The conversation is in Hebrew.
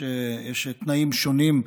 יש תנאים שונים,